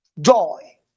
joy